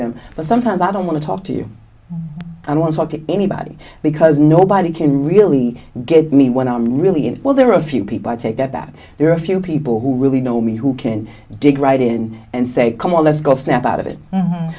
them but sometimes i don't want to talk to you i want to talk to anybody because nobody can really get me when i'm really well there are a few people who take that that there are a few people who really know me who can dig right in and say come on let's go snap out of it